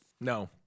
no